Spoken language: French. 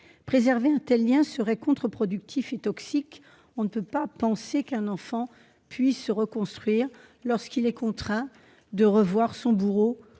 Préserver un tel lien serait contre-productif et toxique. On ne peut pas penser qu'un enfant puisse se reconstruire lorsqu'il est contraint de revoir son bourreau